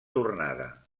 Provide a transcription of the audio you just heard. tornada